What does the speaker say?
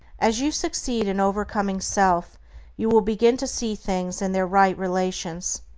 as you succeed in overcoming self you will begin to see things in their right relations.